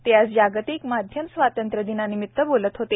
ते आज जागतिक माध्यम स्वातंत्र्य दिनानिमित्त बोलत होते